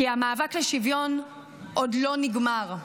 כי המאבק לשוויון עוד לא נגמר.